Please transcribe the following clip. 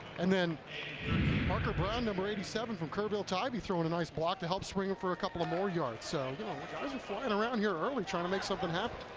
and then parker brown, number eighty seven, from kerrville tivy, throwing a nice block to help screen for a couple of more yards, so like and flying around here early, trying to make something happen.